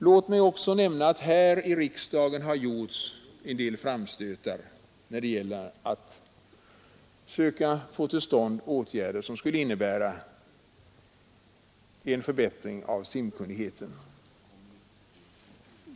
Låt mig också nämna att här i riksdagen gjorts en del framstötar för att få till stånd åtgärder som skulle medföra en förbättring av simkunnigheten.